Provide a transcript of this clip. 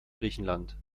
griechenland